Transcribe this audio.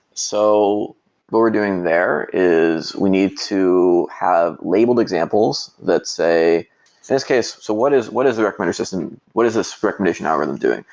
so what we're doing there is we need to have labeled examples that say in this case, so what is what is the recommender system what is this recommendation algorithm doing?